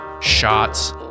shots